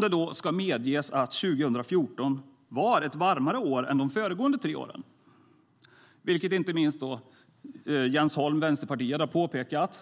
Det ska medges att 2014 var ett varmare år än de föregående tre åren. Inte minst Jens Holm från Vänsterpartiet har påpekat